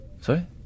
Sorry